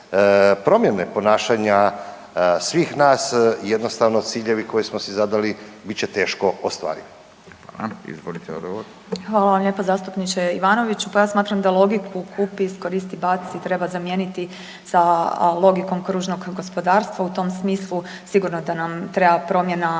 promjene ponašanja svih nas jednostavno ciljevi koje smo si zadali bit će teško ostvarivi. **Radin, Furio (Nezavisni)** Hvala. Izvolite odgovor. **Petir, Marijana (Nezavisni)** Hvala vam lijepa zastupniče Ivanoviću. Pa ja smatram da logiku kupi, iskoristi, baci treba zamijeniti za logikom kružnog gospodarstva u tom smislu sigurno da nam treba promjena